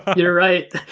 you're right.